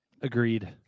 Agreed